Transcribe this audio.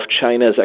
China's